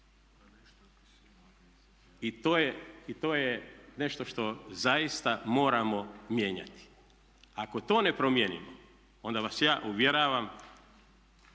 I to je nešto što zaista moramo mijenjati. Ako to ne promijenimo onda vas ja uvjeravam